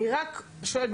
אני רק שואלת,